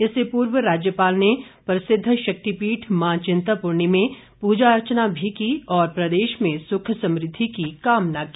इससे पूर्व राज्यपाल ने प्रसिद्ध शक्तिपीठ मां चिंतपूर्णी में पूजा अर्चना भी की और प्रदेश में सुख समृद्धि की कामना की